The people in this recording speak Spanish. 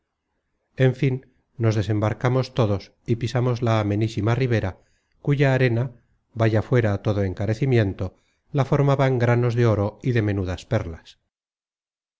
en fin nos desembarcamos todos y pisamos la amenísima ribera cuya arena vaya fuera todo encarecimiento la formaban granos de oro y de menudas perlas